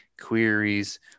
queries